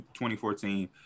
2014